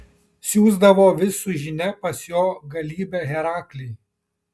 siųsdavo vis su žinia pas jo galybę heraklį